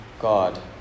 God